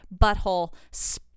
butthole